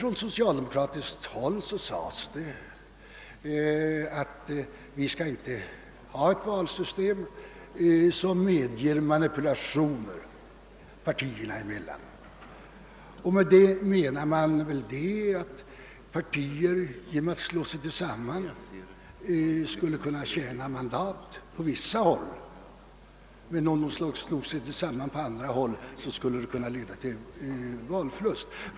Från socialdemokratiskt håll framhölls att vi inte bör ha ett valsystem som medger manipulationer partierna emellan. Därmed menade man att partier genom att slå sig tillsammans skulle kunna tiäna mandat på vissa håll men att valsystemet samtidigt, om partierna slog sig samman, även skulle kunna leda till valförluster på andra håll.